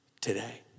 today